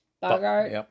Bogart